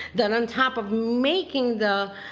then on top of making the,